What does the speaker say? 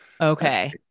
Okay